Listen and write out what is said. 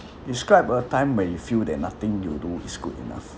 describe a time when you feel that nothing you do is good enough